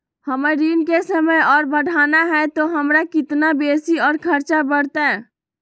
हमर ऋण के समय और बढ़ाना है तो हमरा कितना बेसी और खर्चा बड़तैय?